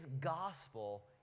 gospel